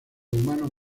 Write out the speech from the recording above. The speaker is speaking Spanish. humanos